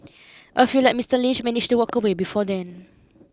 a few like Mister Lynch manage to walk away before then